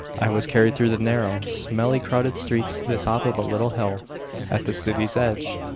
i was carried through the narrow, smelly, crowded streets to the top of a little hill at the city's edge.